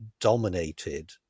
dominated